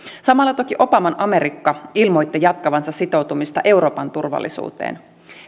samalla toki obaman amerikka ilmoitti jatkavansa sitoutumista euroopan turvallisuuteen